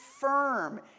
firm